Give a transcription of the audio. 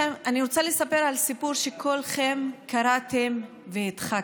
אני רוצה לספר סיפור שכולכם קראתם והדחקתם.